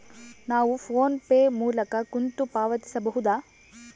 ನಾವು PhonePe ಮೂಲಕ ಕಂತು ಪಾವತಿಸಬಹುದಾ?